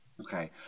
Okay